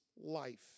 life